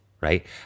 right